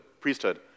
priesthood